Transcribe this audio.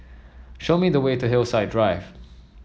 show me the way to Hillside Drive